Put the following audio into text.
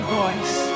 voice